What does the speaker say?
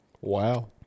Wow